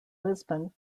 lisbon